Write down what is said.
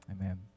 Amen